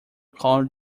called